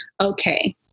okay